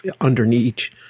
underneath